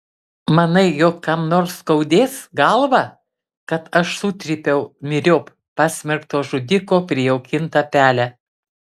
manai jog kam nors skaudės galvą kad aš sutrypiau myriop pasmerkto žudiko prijaukintą pelę